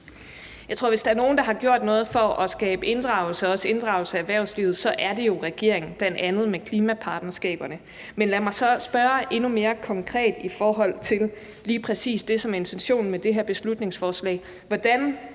Jeg tror, at hvis der er nogen, der har gjort noget for at skabe inddragelse, også inddragelse af erhvervslivet, så er det jo regeringen, bl.a. med klimapartnerskaberne. Men lad mig så spørge endnu mere konkret i forhold til lige præcis det, som er intentionen med det her beslutningsforslag: